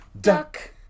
duck